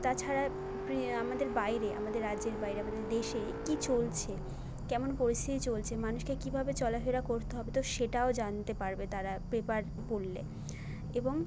তাছাড়া আমাদের বাইরে আমাদের রাজ্যের বাইরে আমাদের দেশে কী চলছে কেমন পরিস্থিতি চলছে মানুষকে কীভাবে চলাফেরা করতে হবে তো সেটাও জানতে পারবে তারা পেপার পড়লে এবং